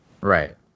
Right